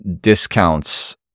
discounts